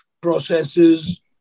processes